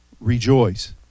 rejoice